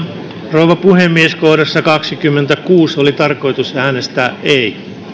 rouva puhemies kohdassa kaksikymmentäkuusi oli tarkoitus äänestää ei